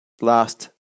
last